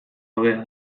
hobea